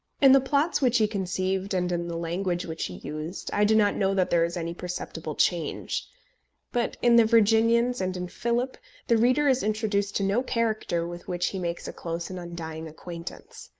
in the plots which he conceived, and in the language which he used, i do not know that there is any perceptible change but in the virginians and in philip the reader is introduced to no character with which he makes a close and undying acquaintance.